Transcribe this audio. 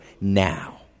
now